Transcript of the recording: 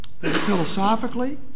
philosophically